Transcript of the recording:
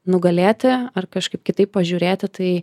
nugalėti ar kažkaip kitaip pažiūrėti tai